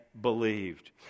believed